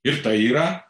ir tai yra